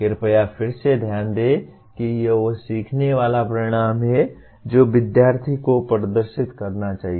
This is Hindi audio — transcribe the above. कृपया फिर से ध्यान दें कि यह वह सीखने वाला परिणाम है जो विद्यार्थि को प्रदर्शित करना चाहिए